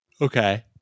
Okay